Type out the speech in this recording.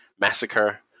Massacre